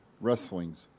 wrestlings